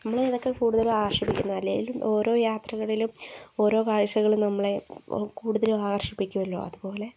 നമ്മളെ ഇതൊക്കെ കൂടുതലും ആകർഷിപ്പിക്കുന്നത് അല്ലേലും ഓരോ യാത്രകളിലും ഓരോ കാഴ്ചകളും നമ്മളെ കൂടുതലും ആകർഷിപ്പിക്കുമല്ലോ അതുപോലെ